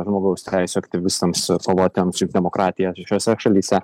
žmogaus teisių aktyvistams kovotojams už demokratiją šiose šalyse